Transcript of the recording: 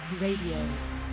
Radio